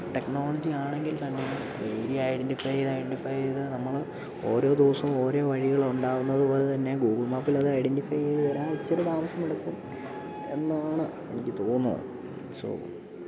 technology ആണെങ്കിൽ തന്നെയും area identify ചെയ്തു ഐഡന്റിഫൈ ചെയ്തു നമ്മൾ ഓരോ ദിവസവും ഓരോ വഴികള് ഉണ്ടാവുന്നത് പോലെ തന്നെ ഗൂഗിൾ മാപ്പിൽ അത് ഐഡന്റിഫൈ ചെയ്തു വരാൻ ഇത്തിരി താമസം എടുക്കും എന്നാണ് എനിക്ക് തോന്നുന്നത് സോ